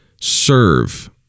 serve